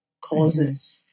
causes